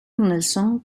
nelson